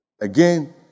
Again